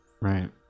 Right